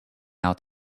out